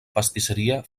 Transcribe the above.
pastisseria